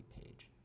page